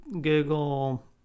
Google